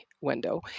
window